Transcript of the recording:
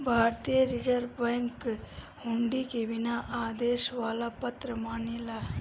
भारतीय reserve bank हुंडी के बिना आदेश वाला पत्र मानेला